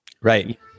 Right